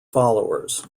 followers